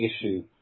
issue